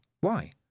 Why